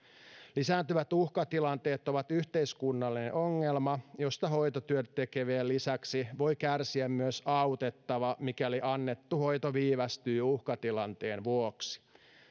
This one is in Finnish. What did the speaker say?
lisääntyvät uhkatilanteet ovat yhteiskunnallinen ongelma josta hoitotyötä tekevien lisäksi voi kärsiä myös autettava mikäli annettu hoito viivästyy uhkatilanteen vuoksi